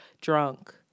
drunk